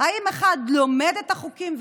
כי ועדת החוקה,